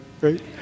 right